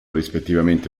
rispettivamente